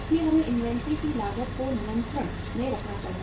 इसलिए हमें इन्वेंट्री की लागत को नियंत्रण में रखना होगा